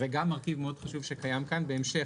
זה גם מרכיב חשוב מאוד שקיים כאן בהמשך,